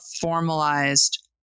formalized